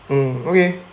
mm okay